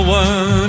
one